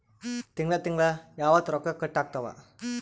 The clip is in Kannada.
ತಿಂಗಳ ತಿಂಗ್ಳ ಯಾವತ್ತ ರೊಕ್ಕ ಕಟ್ ಆಗ್ತಾವ?